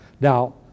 Now